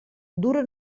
dura